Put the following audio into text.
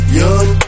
young